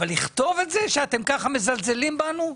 אבל לכתוב את זה שאתם ככה מזלזלים בנו?